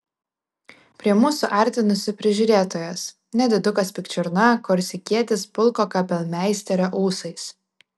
prie mūsų artinosi prižiūrėtojas nedidukas pikčiurna korsikietis pulko kapelmeisterio ūsais